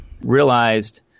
realized